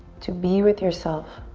to be with yourself